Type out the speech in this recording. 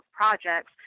projects